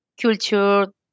culture